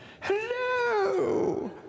hello